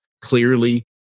clearly